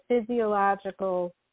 physiological